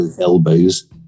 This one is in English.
elbows